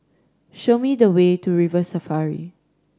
show me the way to River Safari